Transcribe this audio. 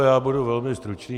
Já budu velmi stručný.